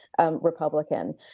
Republican